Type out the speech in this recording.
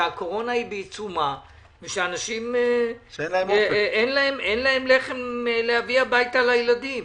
כאשר הקורונה היא בעיצומה ולאנשים אין לחם להביא הביתה לילדים.